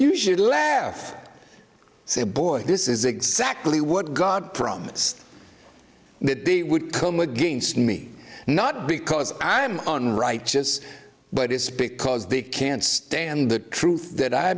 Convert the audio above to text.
you should laugh say boy this is exactly what god promised they would come against me not because i am on righteous but it's because they can't stand the truth that i